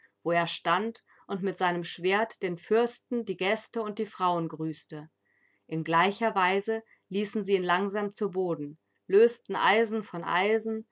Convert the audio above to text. wo er stand und mit seinem schwert den fürsten die gäste und die frauen grüßte in gleicher weise ließen sie ihn langsam zu boden lösten eisen von eisen